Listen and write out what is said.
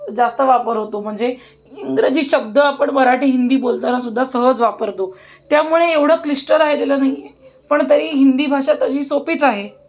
जास्त वापर होतो म्हणजे इंग्रजी शब्द आपण मराठी हिंदी बोलतानासुद्धा सहज वापरतो त्यामुळे एवढं क्लिष्ट राहिलेलं नाही आहे पण तरी हिंदी भाषा तशी सोपीच आहे